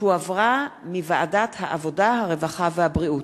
שהחזירה ועדת העבודה, הרווחה והבריאות.